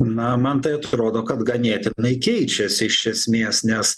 na man tai atrodo kad ganėtinai keičiasi iš esmės nes